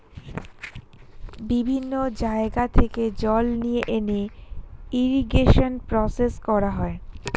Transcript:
বিভিন্ন জায়গা থেকে জল নিয়ে এনে ইরিগেশন প্রসেস করা হয়